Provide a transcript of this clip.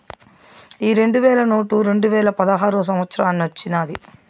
ఈ రెండు వేల నోటు రెండువేల పదహారో సంవత్సరానొచ్చినాది